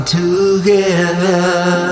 together